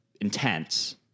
intense